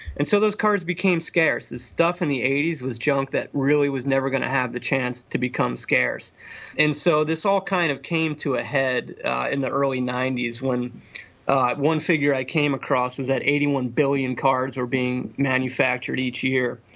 and so those cards became scarce. the stuff in the eighty s was junk that really was never going to have the chance to become scarce and so this all kind of came to a head in the early nineties when one figure i came across is that eighty one billion cars are being manufactured each year.